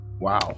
wow